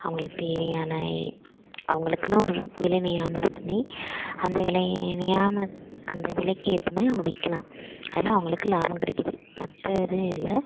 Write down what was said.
அவர்களுக்கு தேவையான அவர்களுக்குனு ஒரு விலை நியமனம் பண்ணி அந்த விலை அந்த விலைக்கு ஏற்ற மாதிரி அவங்க விற்கலாம் அதில் அவர்களுக்கு லாபம் கிடைக்கிது மற்றது இல்லை